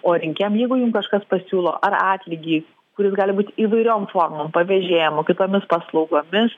o rinkėjam jeigu jum kažkas pasiūlo ar atlygį kuris gali būt įvairiom formom pavėžėjimo kitomis paslaugomis